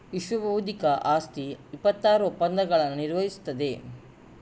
ವಿಶ್ವಬೌದ್ಧಿಕ ಆಸ್ತಿ ಇಪ್ಪತ್ತಾರು ಒಪ್ಪಂದಗಳನ್ನು ನಿರ್ವಹಿಸುತ್ತದೆ